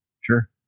Sure